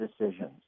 decisions